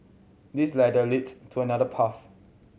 this ladder leads to another path